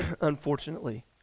unfortunately